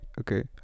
okay